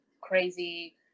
crazy